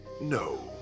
no